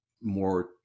more